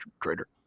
Trader